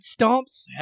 stomps